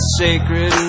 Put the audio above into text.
sacred